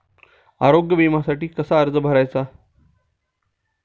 आरोग्य विम्यासाठी कसा अर्ज करायचा?